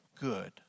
good